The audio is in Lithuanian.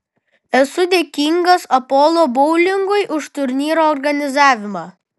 esu dėkingas apollo boulingui už turnyro organizavimą